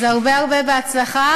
אז הרבה הרבה בהצלחה,